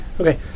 Okay